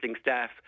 staff